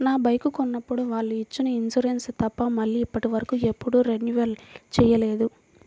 నా బైకు కొన్నప్పుడు వాళ్ళు ఇచ్చిన ఇన్సూరెన్సు తప్ప మళ్ళీ ఇప్పటివరకు ఎప్పుడూ రెన్యువల్ చేయలేదు